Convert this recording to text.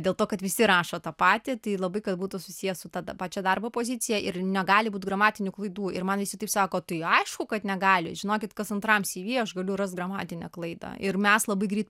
dėl to kad visi rašo tą patį tai labai kad būtų susiję su ta pačią darbo pozicija ir negali būt gramatinių klaidų ir man visi taip sako tai aišku kad negali žinokit kas antram cv aš galiu rast gramatinę klaidą ir mes labai greit